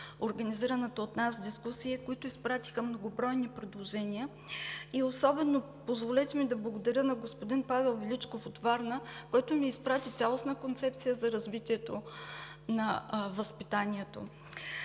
организираната от нас дискусия, които изпратиха многобройни предложения и, позволете ми, особено да благодаря на господин Павел Величков от Варна, който ни изпрати цялостна Концепция за развитието на възпитанието.